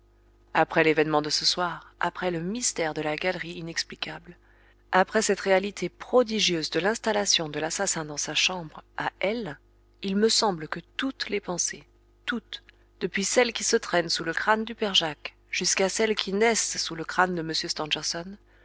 après l'événement de ce soir après le mystère de la galerie inexplicable après cette réalité prodigieuse de l'installation de l'assassin dans sa chambre à elle il me semble que toutes les pensées toutes depuis celles qui se traînent sous le crâne du père jacques jusqu'à celles qui naissent sous le crâne de